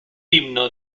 himno